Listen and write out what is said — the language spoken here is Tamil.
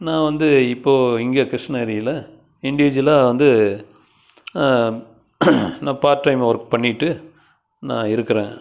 நான் வந்து இப்போது இங்கே கிருஷ்ணகிரியில் இன்டிவியூஜுவலாக வந்து நான் பார்ட் டைம் ஒர்க் பண்ணிட்டு நான் இருக்கிறேன்